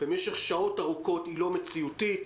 במשך שעות ארוכות הן לא מציאותיות,